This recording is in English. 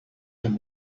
from